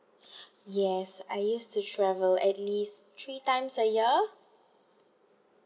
yes I used to travel at least three times a year